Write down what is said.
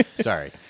Sorry